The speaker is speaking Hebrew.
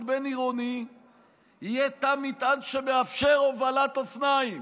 בין-עירוני יהיה תא מטען שמאפשר הובלת אופניים.